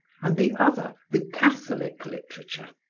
and the other the catholic literature,